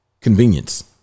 convenience